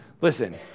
Listen